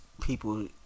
people